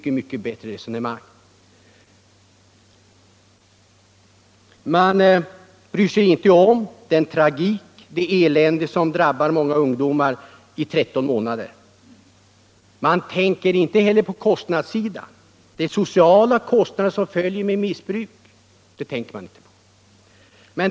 Utskottsmajoriteten och reservation 2 bryr sig inte om den tragik, det elände som drabbar många ungdomar i 13 månader. Man tänker inte heller på kostnadssidan — de sociala kostnader som följer missbruket.